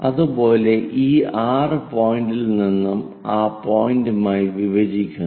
അതുപോലെ ഈ 6 പോയിന്റിൽ നിന്ന് ആ പോയിന്റുമായി വിഭജിക്കുന്നു